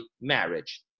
marriage